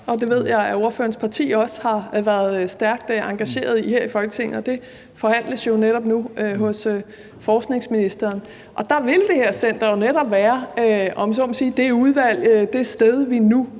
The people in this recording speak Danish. Det ved jeg at ordførerens parti også har været stærkt engageret i her i Folketinget. Det forhandles jo netop nu hos forskningsministeren. Der vil det her center jo netop være, om jeg så må sige, det udvalg, det sted, vi nu